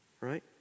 right